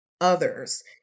others